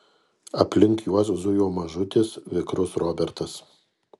aplink juos zujo mažutis vikrus robertas